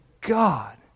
God